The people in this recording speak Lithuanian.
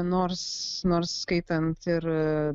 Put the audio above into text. nors nors skaitant ir